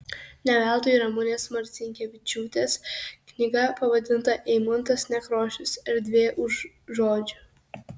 ne veltui ramunės marcinkevičiūtės knyga pavadinta eimuntas nekrošius erdvė už žodžių